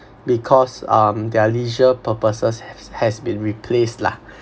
because um their leisure purposes has has been replaced lah